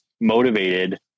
motivated